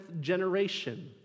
generation